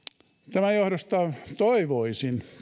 tämän johdosta toivoisin